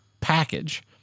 package